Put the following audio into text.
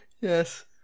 Yes